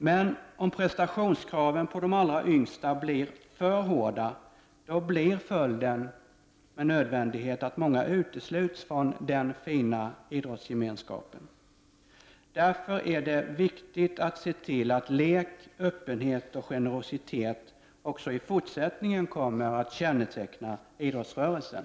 Men om prestationskraven sätts för högt när det gäller de yngsta blir följden med nödvändighet att många utesluts från den fina idrottsgemenskapen. Därför är det viktigt att se till att lek, öppenhet och generositet också i fortsättningen kommer att känneteckna idrottsrörelsen.